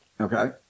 okay